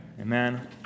Amen